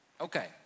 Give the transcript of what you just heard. Okay